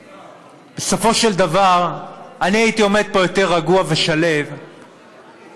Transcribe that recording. בסופו של דבר הייתי עומד פה יותר רגוע ושלו אם